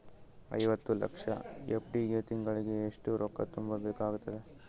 ಐವತ್ತು ಲಕ್ಷ ಎಫ್.ಡಿ ಗೆ ತಿಂಗಳಿಗೆ ಎಷ್ಟು ರೊಕ್ಕ ತುಂಬಾ ಬೇಕಾಗತದ?